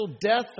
death